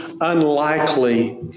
unlikely